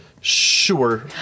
Sure